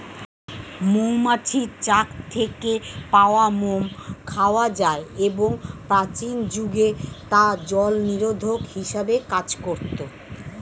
মৌমাছির চাক থেকে পাওয়া মোম খাওয়া যায় এবং প্রাচীন যুগে তা জলনিরোধক হিসেবে কাজ করত